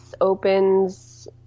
opens